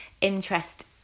interest